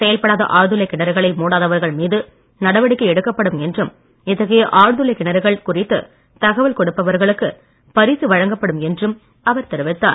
செயல்படாத ஆழ்துளை கிணறுகளை மூடாதவர்கள் மீது நடவடிக்கை எடுக்கப்படும் என்றும் இத்தகைய ஆழ்துளை கிணறுகள் குறித்து தகவல் கொடுப்பவர்களுக்கு பரிசு வழங்கப்படும் என்றும் அவர் தெரிவித்தார்